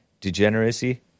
degeneracy